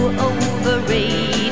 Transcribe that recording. overrated